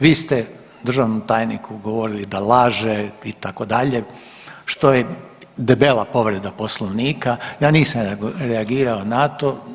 Vi ste državnom tajniku govorili da laže itd. što je debela povreda Poslovnika, ja nisam reagirao na to.